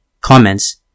Comments